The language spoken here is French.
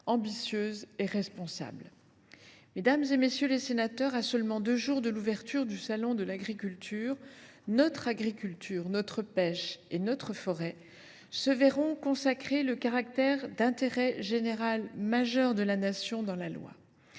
Mesdames, messieurs les sénateurs, à seulement deux jours de l’ouverture du salon de l’agriculture, notre agriculture, notre pêche et notre forêt se verront consacrer dans la loi le caractère d’intérêt général majeur de la Nation.